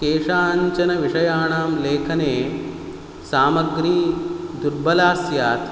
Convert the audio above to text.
केषाञ्चनविषयाणां लेखने सामग्री दुर्बला स्यात्